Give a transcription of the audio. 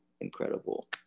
incredible